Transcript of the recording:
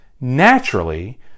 naturally